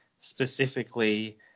specifically